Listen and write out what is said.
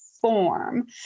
form